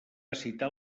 citar